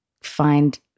find